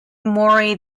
moray